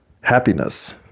happiness